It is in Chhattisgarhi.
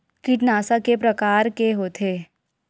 कीटनाशक के प्रकार के होथे?